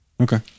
okay